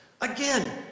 Again